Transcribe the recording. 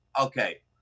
okay